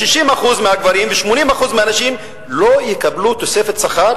60% מהגברים ו-80% מהנשים לא יקבלו תוספת שכר